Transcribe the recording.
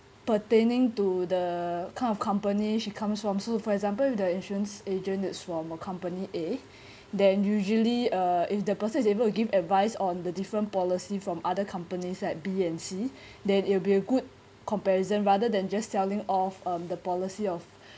pertaining to the kind of company she comes from so for example with the insurance agent is from a company A then usually uh if the person is able to give advice on the different policy from other companies like B and C then it'll be a good comparison rather than just telling of um the policy of